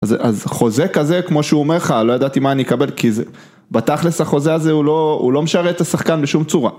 אז חוזה כזה, כמו שהוא אומר לך, לא ידעתי מה אני אקבל, כי בתכלס החוזה הזה הוא לא משרת את השחקן בשום צורה.